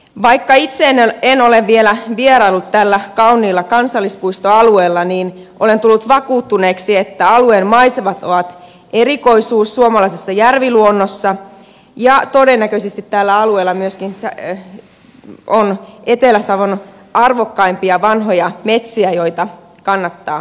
vaikka itse en ole vielä vieraillut tällä kauniilla kansallispuistoalueella olen tullut vakuuttuneeksi että alueen maisemat ovat erikoisuus suomalaisessa järviluonnossa ja todennäköisesti tällä alueella myöskin on etelä savon arvokkaimpia vanhoja metsiä joita kannattaa suojella